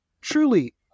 truly